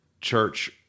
church